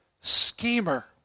schemer